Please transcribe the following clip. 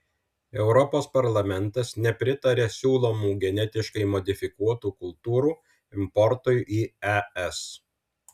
europos parlamentas nepritaria siūlomų genetiškai modifikuotų kultūrų importui į es